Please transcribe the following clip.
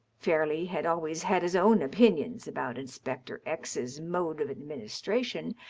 fairleigh had always had his own opinions about inspector x s mode of administration,